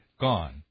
gone